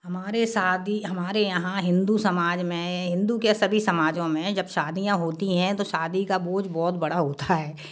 हमारे शादी हमारे यहाँ हिन्दू समाज में हिन्दू क्या सभी समाजों मे जब शादियाँ होती है तो शादी का बोझ बहुत बड़ा होता हैं